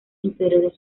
interiores